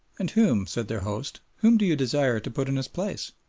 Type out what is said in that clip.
and whom, said their host whom do you desire to put in his place?